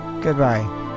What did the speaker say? Goodbye